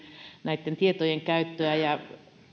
näitten tietojen välillistä käyttöä ja